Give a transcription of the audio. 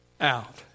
out